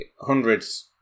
hundreds